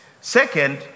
Second